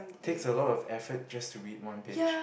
takes a lot of effort just to read one page